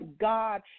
God